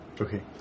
Okay